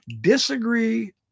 disagree